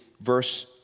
verse